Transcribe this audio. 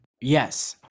Yes